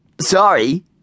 Sorry